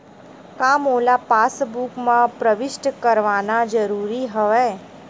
का मोला पासबुक म प्रविष्ट करवाना ज़रूरी हवय?